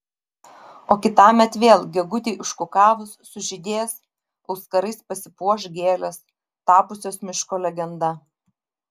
o kitąmet vėl gegutei užkukavus sužydės auskarais pasipuoš gėlės tapusios miško legenda